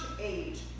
age